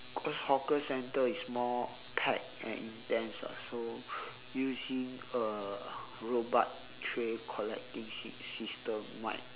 because hawker centre is more tight and intense ah so using a robot tray collect thing sys~ system might